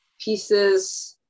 pieces